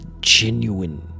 genuine